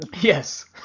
Yes